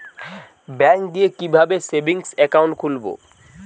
ব্যাঙ্কে গিয়ে কিভাবে সেভিংস একাউন্ট খুলব?